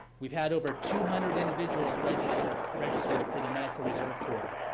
we've had over two hundred individuals register register for the medical reserve corps.